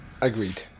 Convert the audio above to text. Agreed